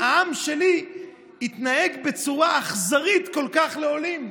שהעם שלי התנהג בצורה אכזרית כל כך לעולים.